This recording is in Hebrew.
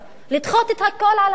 לדחות הכול על הסף.